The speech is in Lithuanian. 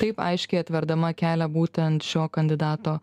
taip aiškiai atverdama kelią būtent šio kandidato